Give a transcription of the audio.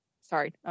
sorry